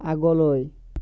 আগলৈ